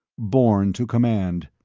born to command.